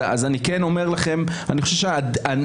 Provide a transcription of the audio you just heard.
אני כן אומר לכם שאני חושב שהניסיון